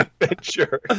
Adventure